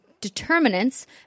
determinants